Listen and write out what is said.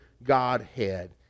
Godhead